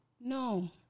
no